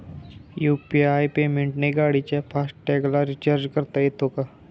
UPI पेमेंटने गाडीच्या fast टॅगला रिर्चाज करता येते का?